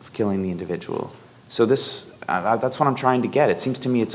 of killing the individual so this that's what i'm trying to get it seems to me it's